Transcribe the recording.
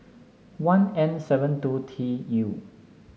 one N seven two T U